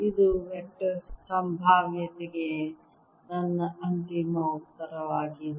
ಇದು ವೆಕ್ಟರ್ ಸಂಭಾವ್ಯತೆಗೆ ನನ್ನ ಅಂತಿಮ ಉತ್ತರವಾಗಿದೆ